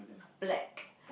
black